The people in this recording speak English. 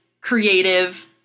creative